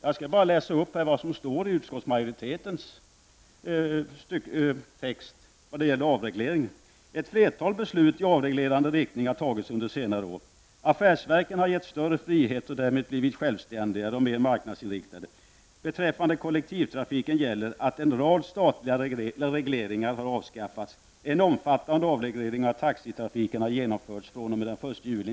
Jag skall läsa upp vad som står i utskottsmajoritetens text vad gäller avreglering: ''Ett flertal beslut i avreglerande riktning har tagits under senare år. Affärsverken har givits större frihet och därmed blivit självständigare och mer marknadsinriktade. Beträffande kollektivtrafiken gäller att en rad statliga regleringar har avskaffats. En omfattande avreglering av taxitrafiken har genomförts fr.o.m.